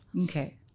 okay